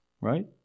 right